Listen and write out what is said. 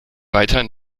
weiter